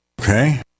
Okay